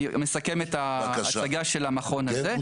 אני מסיים את ההצגה של המכון הזה,